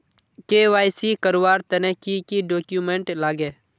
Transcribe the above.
KYC करवार तने की की डॉक्यूमेंट लागे?